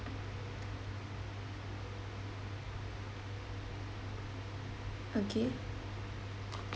okay